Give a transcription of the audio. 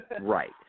Right